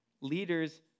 leaders